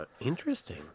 Interesting